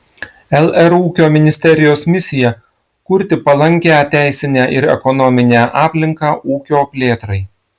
lr ūkio ministerijos misija kurti palankią teisinę ir ekonominę aplinką ūkio plėtrai